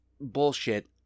bullshit